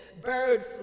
bird